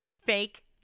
Fake